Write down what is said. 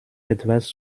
etwas